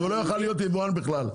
הוא לא יוכל להית יבואן בכלל,